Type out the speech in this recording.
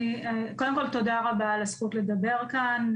תודה רבה על הזכות לדבר כאן,